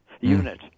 unit